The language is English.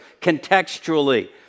contextually